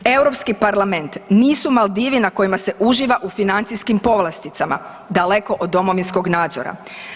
Europski parlament nisu Maldivi na kojima se uživa u financijskim povlasticama daleko od domovinskog nadzora.